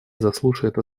заслушает